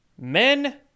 men